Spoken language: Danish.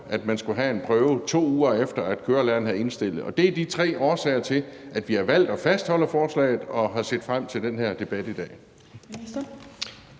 at man skulle have en prøve, 2 uger efter kørelæreren havde indstillet. Og det er de tre årsager til, at vi har valgt at fastholde forslaget og har set frem til den her debat i dag.